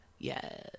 Yes